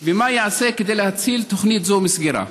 2. מה ייעשה כדי להציל תוכנית זו מסגירה?